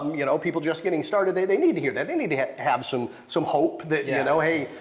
you know people just getting started, they they need to hear that, they need to have have some some hope that, you know hey,